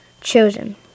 chosen